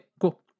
cool